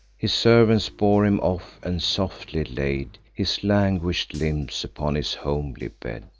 his servants bore him off, and softly laid his languish'd limbs upon his homely bed.